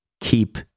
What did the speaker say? keep